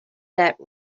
that